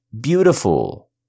beautiful